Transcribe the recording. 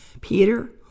Peter